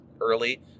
early